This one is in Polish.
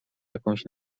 jakąś